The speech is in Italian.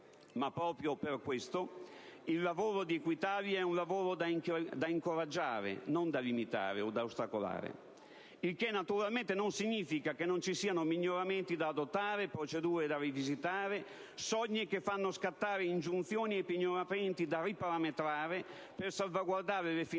ma proprio per questo il lavoro di Equitalia è da incoraggiare, non da limitare o da ostacolare. Il che naturalmente non significa che non ci siano miglioramenti da adottare, procedure da rivisitare, soglie che fanno scattare ingiunzioni e pignoramenti da riparametrare per salvaguardare le finalità e